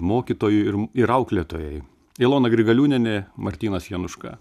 mokytojui ir auklėtojai ilona grigaliūnienė martynas januška